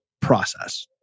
process